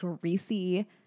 greasy